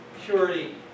purity